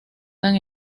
tan